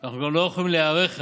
ואנחנו גם לא יכולים להיערך אליהם.